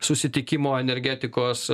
susitikimo energetikos